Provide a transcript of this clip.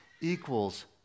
equals